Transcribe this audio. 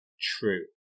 TRUE